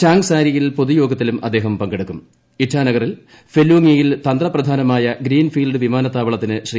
ചാങ്സാരിയിൽ പൊതുയോഗത്തിലും അദ്ദേഹം പങ്കെടുക്കും ഇറ്റാനഗറിൽ ഹെല്ലോങിയിൽ തന്ത്രപ്രധാനമായ ഗ്രീൻഫീൽഡ് വിമാനത്താവളത്തിന് ശ്രീ